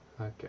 Okay